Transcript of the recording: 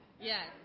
Yes